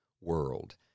world